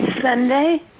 Sunday